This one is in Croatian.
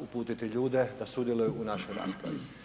uputiti ljude da sudjeluju u našoj raspravi.